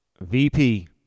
VP